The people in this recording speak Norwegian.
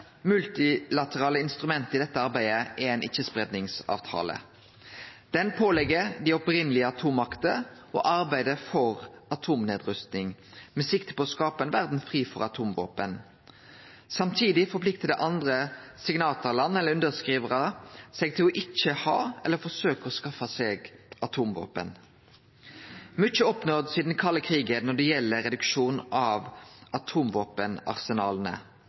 multilaterale instrumentet i dette arbeidet er ikkjespreiingsavtalen. Han pålegg dei opphavlege atommaktene å arbeide for atomnedrusting – med sikte på å skape ei verd fri for atomvåpen. Samtidig forpliktar andre signatarland, eller underskrivarar, seg til ikkje å ha eller forsøke å skaffe seg atomvåpen. Mykje er oppnådd sidan den kalde krigen når det gjeld reduksjon av